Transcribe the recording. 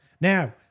Now